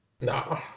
No